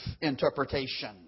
interpretation